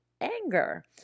anger